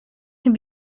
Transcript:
can